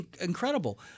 incredible